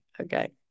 okay